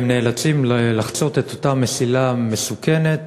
והם נאלצים לחצות את אותה מסילה מסוכנת,